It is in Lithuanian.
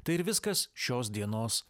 tai ir viskas šios dienos